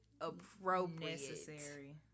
Appropriate